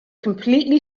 completely